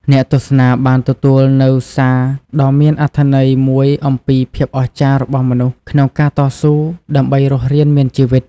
អ្នកទស្សនាបានទទួលនូវសារដ៏មានអត្ថន័យមួយអំពីភាពអស្ចារ្យរបស់មនុស្សក្នុងការតស៊ូដើម្បីរស់រានមានជីវិត។